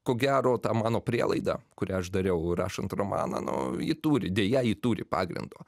ko gero ta mano prielaida kurią aš dariau rašant romaną nu ji turi deja ji turi pagrindo